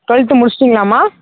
twelfth முடிச்சிவிட்டிங்களாம்மா